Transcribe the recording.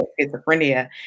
schizophrenia